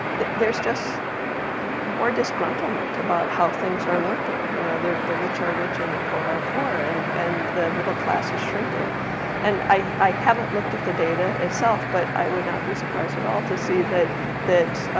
there's just more disgruntlement about how things are working you know the the rich are rich and the poor are poor and and the middle class is shrinking and i haven't looked at the data itself but i would not be surprised at all to see that that